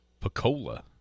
Pecola